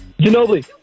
Ginobili